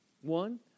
One